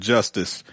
Justice